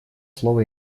слово